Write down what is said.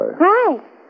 Hi